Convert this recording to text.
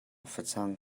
facang